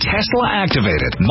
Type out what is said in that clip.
Tesla-activated